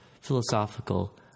philosophical